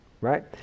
Right